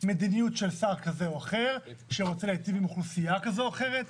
מדיניות של שר כזה או אחר שרוצה להיטיב עם אוכלוסייה כזו או אחרת.